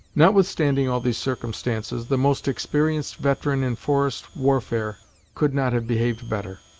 notwithstanding all these circumstances, the most experienced veteran in forest warfare could not have behaved better.